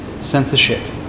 censorship